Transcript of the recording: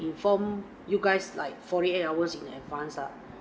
inform you guys like forty eight hours in advance lah